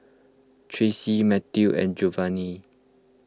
Tracey Matthew and Jovanny